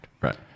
right